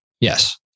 Yes